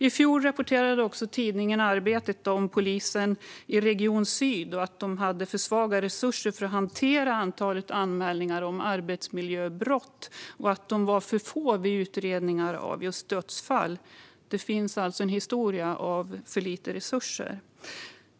I fjol rapporterade tidningen Arbetet om att polisen i Polisregion syd hade för svaga resurser för att hantera antalet anmälningar om arbetsmiljöbrott och att de var för få vid utredningar av just dödsfall. Det finns alltså en historia av för lite resurser.